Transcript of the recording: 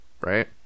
Right